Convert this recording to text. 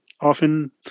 often